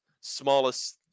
smallest